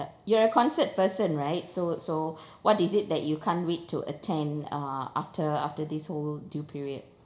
you're a concert person right so so what is it that you can't wait to attend uh after after this whole due period